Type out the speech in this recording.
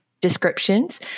descriptions